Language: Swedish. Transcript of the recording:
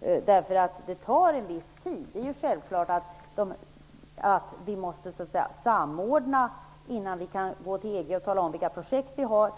Det är självklart att det tar en viss tid innan vi får fram vilka projekt vi har. Vi måste ha samordning och överblick innan vi kan gå till EG och tala om vilka projekt vi har.